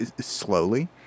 slowly